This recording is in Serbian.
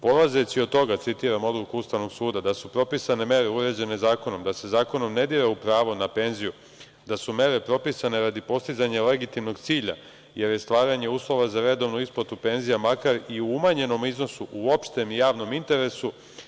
Polazeći od toga, citiram odluku Ustavnog suda, da su propisane mere uređene zakonom, da se zakonom ne dira u pravo na penziju, da su mere propisane radi postizanja legitimnog cilja jer je stvaranje uslova za redovnu isplatu penzija makar i u umanjenom iznosu u opštem i javnom interesu.